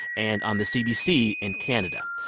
and on the cbc in canada.